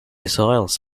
soils